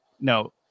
no